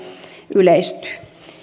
yleistyy